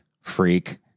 freak